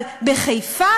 אבל בחיפה?